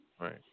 Right